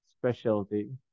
specialty